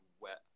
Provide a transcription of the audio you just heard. wet